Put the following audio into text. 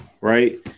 right